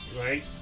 right